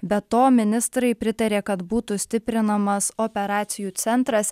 be to ministrai pritarė kad būtų stiprinamas operacijų centras